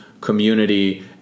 community